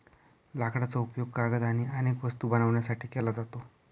लाकडाचा उपयोग कागद आणि अनेक वस्तू बनवण्यासाठी केला जातो